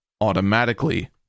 automatically